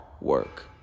work